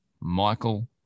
Michael